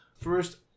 First